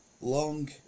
Long